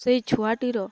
ସେଇ ଛୁଆଟିର